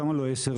למה לא 10?